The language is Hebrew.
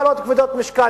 הוא העלה טענות כבדות משקל,